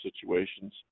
situations